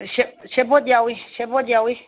ꯁꯦꯕꯣꯠ ꯌꯥꯎꯏ ꯁꯦꯕꯣꯠ ꯌꯥꯎꯏ